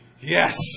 Yes